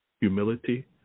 humility